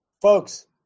Folks